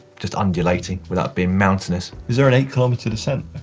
just undulating without being mountainous. is there an eight kilometer descent?